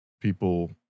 people